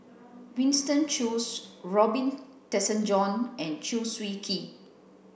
Winston Choos Robin Tessensohn and Chew Swee Kee